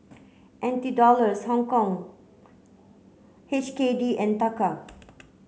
N T Dollars Hongkong H K D and Taka